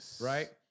right